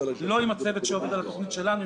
לא עם הצוות שעובד על התוכנית שלנו,